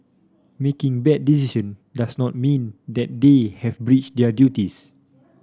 making bad decision does not mean that they have breached their duties